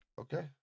Okay